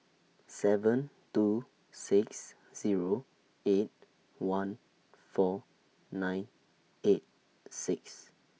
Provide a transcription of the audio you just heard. seven two six Zero eight one four nine eight six